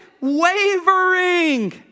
wavering